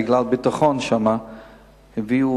בגלל הביטחון שם הביאו,